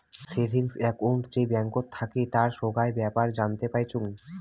savings account যে ব্যাঙ্কত থাকি তার সোগায় বেপার জানতে পাইচুঙ